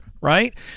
Right